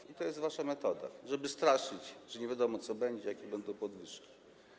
I to jest wasza metoda, żeby straszyć, że nie wiadomo, co będzie, jakie będą podwyżki.